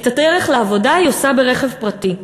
את הדרך לעבודה היא עושה ברכב פרטי.